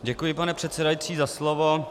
Děkuji, pane předsedající, za slovo.